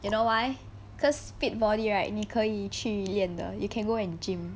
you know why because fit body right 你可以去练的 you can go and gym